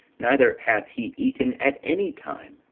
neither hath he eaten at any time.